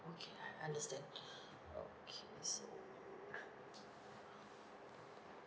okay I understand okay so